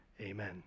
amen